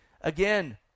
again